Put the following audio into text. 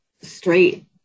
straight